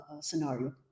scenario